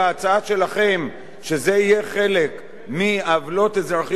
שזה יהיה חלק מעוולות אזרחיות לפי פקודת הנזיקין,